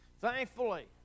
thankfully